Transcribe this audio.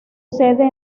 sede